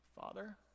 Father